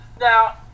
Now